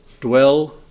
dwell